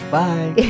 bye